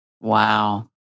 Wow